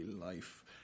life